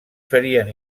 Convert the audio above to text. ferien